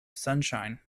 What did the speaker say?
sunshine